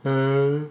hmm